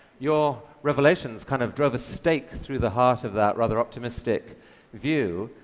your revelations kind of drove a stake through the heart of that rather optimistic view,